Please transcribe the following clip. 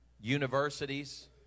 universities